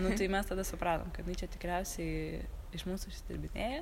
nu tai mes tada supratom kad jinai čia tikriausiai iš mūsų išsidirbinėja